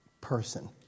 person